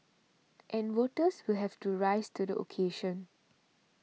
and voters will have to rise to the occasion